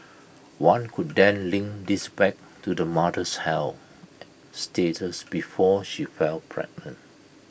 one could then link this back to the mother's health status before she fell pregnant